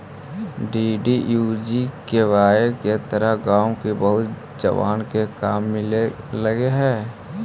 DDUGKY के तहत गाँव के बहुत जवान के काम मिले लगले हई